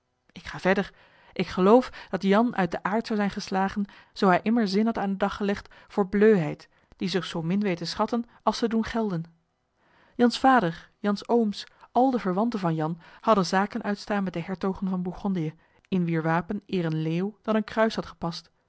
ik ga verder ik geloof dat jan uit den aard zou zijn geslagen zoo hij immer zin had aan den dag gelegd voor bleuheid die zich zoo min weet te schatten als te doen gelden jan's vader jan's ooms al de verwanten van jan hadden zaken uitstaan met de hertogen van bourgondië in wier wapen eer een leeuw dan een kruis had gepast